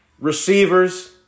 receivers